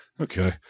Okay